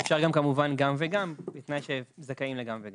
אפשר גם כמובן גם וגם, בתנאי שהם זכאים לגם וגם.